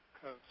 Coast